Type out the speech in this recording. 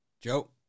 joe